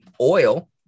Oil